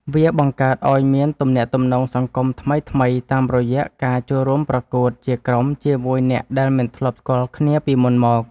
វាបង្កើតឱ្យមានទំនាក់ទំនងសង្គមថ្មីៗតាមរយៈការចូលរួមប្រកួតជាក្រុមជាមួយអ្នកដែលមិនធ្លាប់ស្គាល់គ្នាពីមុនមក។